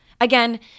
Again